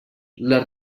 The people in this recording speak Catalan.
les